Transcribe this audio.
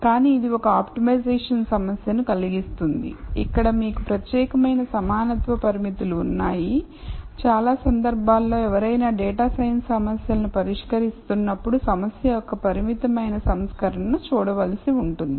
కానీ ఇది ఒక ఆప్టిమైజేషన్ సమస్యను కలిగిస్తుంది ఇక్కడ మీకు ప్రత్యేకమైన సమానత్వ పరిమితులు ఉన్నాయిచాలా సందర్భాలలో ఎవరైనా డేటా సైన్స్ సమస్యలను పరిష్కరిస్తున్నప్పుడు సమస్య యొక్క పరిమితమైన సంస్కరణను చూడవలసి ఉంటుంది